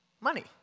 Money